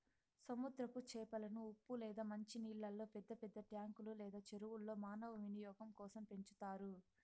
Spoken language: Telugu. సముద్రపు చేపలను ఉప్పు లేదా మంచి నీళ్ళల్లో పెద్ద పెద్ద ట్యాంకులు లేదా చెరువుల్లో మానవ వినియోగం కోసం పెంచుతారు